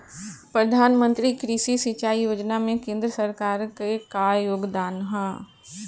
प्रधानमंत्री कृषि सिंचाई योजना में केंद्र सरकार क का योगदान ह?